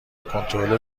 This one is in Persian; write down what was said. کنترل